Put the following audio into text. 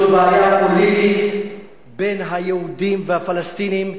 זו בעיה פוליטית בין היהודים לפלסטינים,